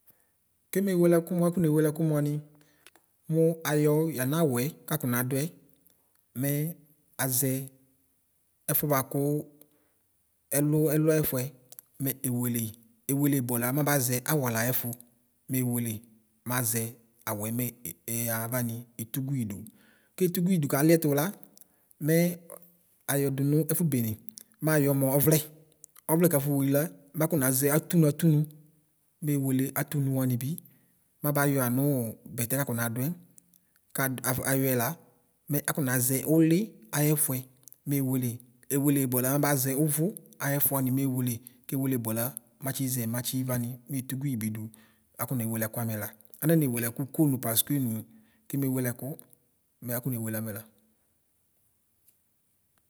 Keme wele ɛkʋ nʋ akɔne wele ɛkʋ mʋani mʋayɔ yanawɛ kakɔ nadʋɛ mɛ aʒɛ ɛfʋɛbʋakʋ ɛlu ɛlʋɛfʋɛ mɛ eseleyi ewele bvala mabuʒɛ awala ɛfʋ mewlle maʒe awʋɛ e avani etʋkʋidʋ kaliɛtʋ la mɛ ayɔdʋnʋ ɛƒʋ bene mayɔ mʋ ɔvlɛ ɔvlɛ kafowele la makɔnaʒɛ atʋnʋ atʋnʋ mewele atʋnʋ wanibi mabayɔ anʋ bɛtɛ kakɔnadʋɛ kaƒ kayɔɛ la mɛ akɔnaʒɛ ʋli ayɛfuɛ mewele ewele bala mabaʒɛ ʋvʋ ayefu wani mewele kewele bʋala matsɩʒɛ matsi rani metʋgʋibi dʋ akɔ newele ɛkʋ amɛla anane wele ekʋko nʋ paskenʋ nibewele ɛkʋ mɛ akɔne wele amɛla.